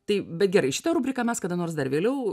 tai bet gerai šitą rubriką mes kada nors dar vėliau